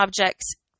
objects